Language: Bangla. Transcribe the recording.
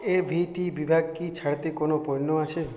এভিটি বিভাগ কি ছাড়েতে কোনো পণ্য আছে